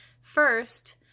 First